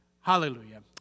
Hallelujah